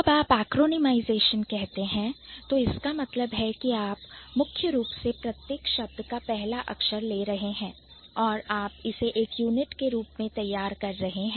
जब आप Acronymization कहते हैं तो इसका मतलब है कि आप मुख्य रूप से प्रत्येक शब्द का पहला अक्षर ले रहे हैं और आप इसे एक Unit के रूप में तैयार कर रहे हैं